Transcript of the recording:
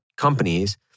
companies